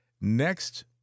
Next